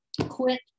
quit